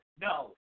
no